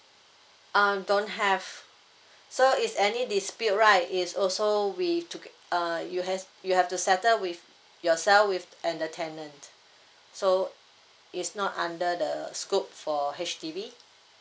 um don't have so if any dispute right is also we took it uh you has you have to settle with yourself with and the tenant so is not under the scope for H_D_B